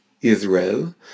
Israel